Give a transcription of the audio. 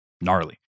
gnarly